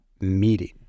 meeting